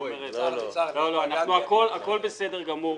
--- הכול בסדר גמור.